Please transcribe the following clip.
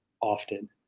often